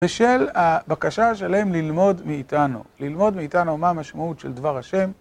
בשל הבקשה שלהם ללמוד מאיתנו, ללמוד מאיתנו מה המשמעות של דבר השם.